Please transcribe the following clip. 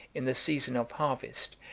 in the season of harvest,